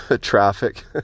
traffic